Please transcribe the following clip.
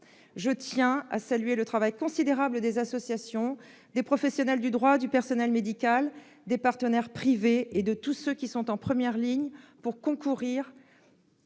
Je tiens à saluer le travail considérable des associations, des professionnels du droit, du personnel médical, des partenaires privés et de tous ceux qui sont en première ligne pour concourir